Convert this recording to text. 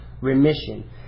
remission